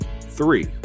three